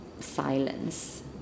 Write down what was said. silence